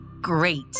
Great